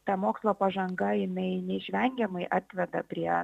ta mokslo pažanga jinai neišvengiamai atveda prie